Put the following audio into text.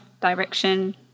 direction